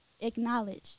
acknowledge